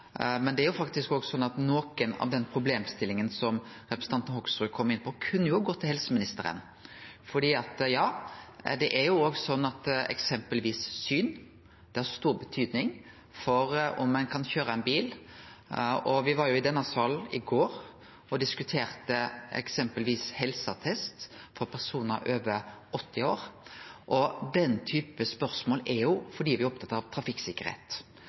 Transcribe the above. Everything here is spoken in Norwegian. men det er faktisk slik at noko av den problemstillinga som representanten Hoksrud kom inn på, kunne gått til helseministeren. Det er sånn at eksempelvis syn har stor betydning for om ein kan køyre ein bil. Me var i denne salen i går og diskuterte eksempelvis helseattest for personar over 80 år, og den typen spørsmål diskuterer me fordi me er opptatt av trafikksikkerheit.